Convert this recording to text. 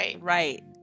right